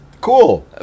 Cool